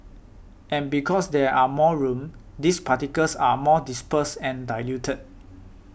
and because there are more room these particles are more dispersed and diluted